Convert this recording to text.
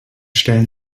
stellen